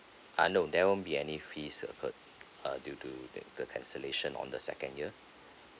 ah no there won't be any fees uh due to the the cancellation on the second year